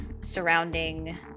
surrounding